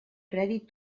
crèdit